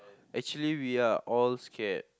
actually we are all scared